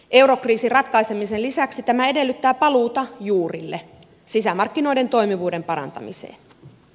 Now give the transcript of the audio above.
eurokriisin ratkaisemisen lisäksi tämä edellyttää paluuta juurille sisämarkkinoiden toimivuuden parantamiseen